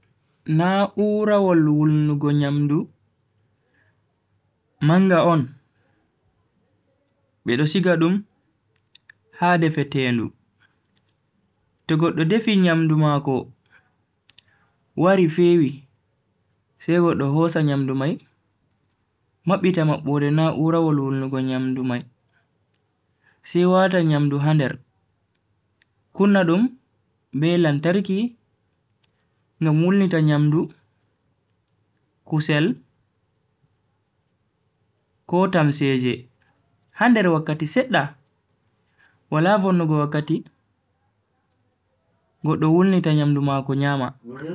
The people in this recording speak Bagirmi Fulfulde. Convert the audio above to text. Na'urawol wulnugo nyamdu manga on bedo siga dum ha defetendu, to goddo defi nyamdu mako, wari fewi sai goddo hosa nyamdu mai mabbita mabbode na'urawol wulnugo nyamdu mai, sai wata nyamdu ha nder, kunna dum be lamtarki ngam wulunita nyamdu, kusel ko tamseeje ha nder wakkati sedda wala vonnugo wakkati goddo wulnita nyamdu mako nyama.